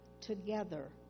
together